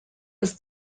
was